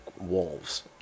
wolves